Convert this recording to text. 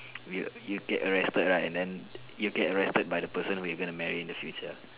you you get arrested right and then you get arrested by the person who you gonna marry in the future